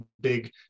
big